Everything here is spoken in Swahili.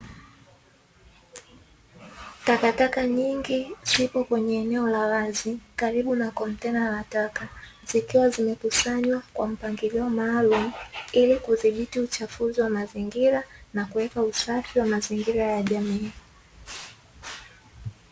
Takataka nyingi zipo kwenye eneo la wazi kjaribu na kontena la taka zikiwa zimekusanywa kwa mpangilio maalumu, ili kudhibiti uchafuzi wa mazingira na kuweka usafi wa mazingira ya jamii